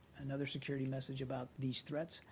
another security message about these threats.